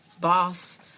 boss